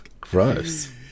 gross